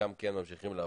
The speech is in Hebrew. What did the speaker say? חלקם כן ממשיכים לעבוד,